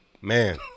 man